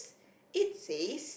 it says